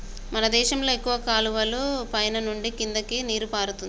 మన దేశంలో ఎక్కువ కాలువలు పైన నుండి కిందకి నీరు పారుతుంది